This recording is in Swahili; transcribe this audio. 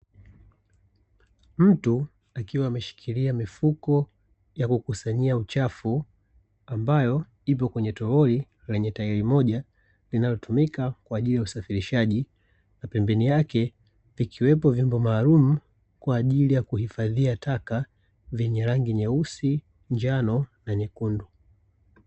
Mtu akiwa ameshikilia mifuko, ya kukusanyia uchafu ambayo ipo kwenye toroli lenye tairi moja, linalotumika kwa ajili ya usafirishaji. Na pembeni yake vikiwepo vyombo maalumu kwa ajili, ya kuhifadhia taka vyenye rangi nyeusi, njano na nyekundu.